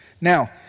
Now